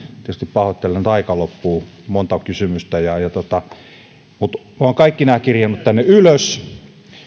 tietysti pahoittelen että aika loppuu monta kysymystä minä olen kaikki nämä teidän kysymyksenne kirjannut tänne ylös